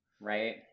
right